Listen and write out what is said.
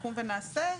נקום ונעשה?